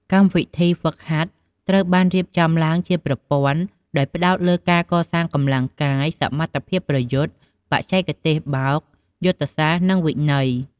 កម្មវិធីហ្វឹកហាត់ត្រូវបានរៀបចំឡើងជាប្រព័ន្ធ ដោយផ្ដោតលើការកសាងកម្លាំងកាយ សមត្ថភាពប្រយុទ្ធ បច្ចេកទេសបោក យុទ្ធសាស្ត្រ និងវិន័យ។